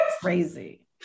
crazy